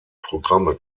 programme